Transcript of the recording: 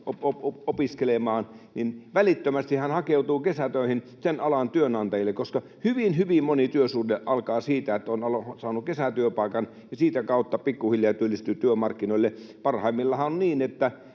opiskelemaan, niin välittömästi hakeutuu kesätöihin sen alan työnantajille, koska hyvin hyvin moni työsuhde alkaa siitä, että on saanut kesätyöpaikan ja sitä kautta pikkuhiljaa työllistyy työmarkkinoille. Parhaimmillaanhan on niin, että